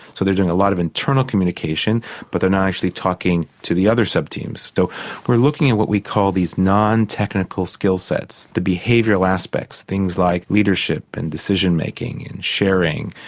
so they are doing a lot of internal communication but they are not actually talking to the other sub-teams. so we're looking at what we call these non-technical non-technical skill sets, the behavioural aspects, things like leadership and decision-making, and sharing,